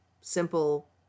simple